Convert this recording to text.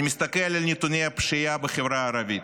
אני מסתכל על נתוני הפשיעה בחברה הערבית: